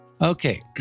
Okay